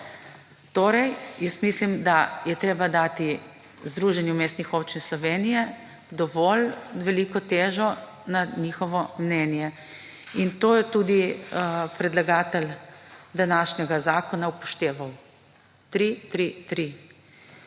Torej, jaz mislim, da je treba dati Združenju mestnih občin Slovenije dovolj veliko težo na njihovo mnenje. In to je tudi predlagatelj današnjega zakona upošteval 3:3:3.